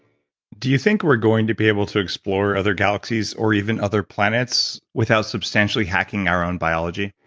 do you think we're going to be able to explore other galaxies or even other planets without substantially hacking our own biology?